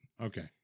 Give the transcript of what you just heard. Okay